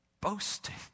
boasting